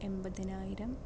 എൺപതിനായിരം